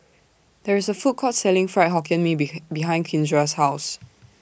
There IS A Food Court Selling Fried Hokkien Mee Be behind Kindra's House